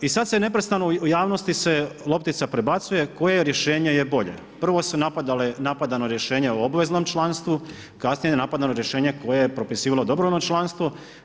I sada se neprestano, u javnosti se loptica prebacuje koje rješenje je bolje, prvo je napadano rješenje o obveznom članstvu, kasnije je napadano rješenje koje je propisivalo dobrovoljno članstvo.